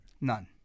None